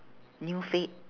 new fad